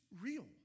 real